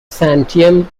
santiam